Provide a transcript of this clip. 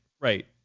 right